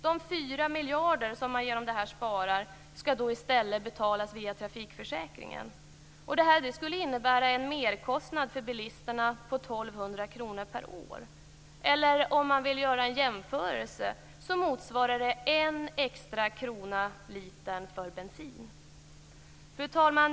De 4 miljarder som man genom detta sparar skall i stället betalas via trafiksförsäkringen. Detta innebär en merkostnad för bilisterna på 1 200 kr per år, eller om man vill göra en jämförelse motsvarar det en extra krona litern för bensin. Fru talman!